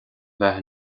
bheith